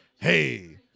Hey